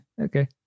Okay